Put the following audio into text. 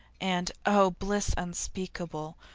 and oh, bliss unspeakable,